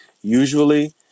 usually